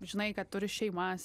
žinai kad turi šeimas